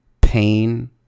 pain